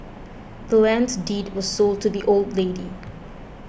the land's deed was sold to the old lady